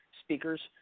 speakers